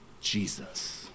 Jesus